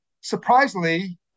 surprisingly